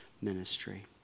ministry